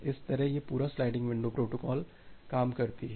इस तरह यह पूरी स्लाइडिंग विंडो प्रोटोकॉल काम करती है